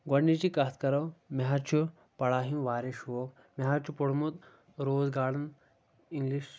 گۄڈٕنِچی کَتھ کَرو مےٚ حظ چھُ پَڑھاے ہُنٛد واریاہ شوق مےٚ حظ چھُ پوٚرمُت روز گاڈَن اِنٛگلِش